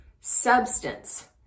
substance